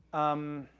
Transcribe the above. um,